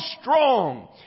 strong